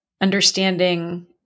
understanding